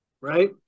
right